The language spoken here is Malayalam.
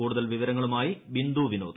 കൂടുതൽ വിവരങ്ങളുമായി ബിന്ദു വിനോദ്